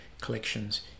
collections